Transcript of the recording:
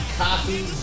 coffee